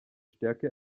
stärke